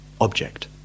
object